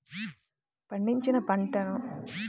పండించిన పంటను నూర్చడానికి చానా మంది కూలోళ్ళు కావాల్సి వచ్చేది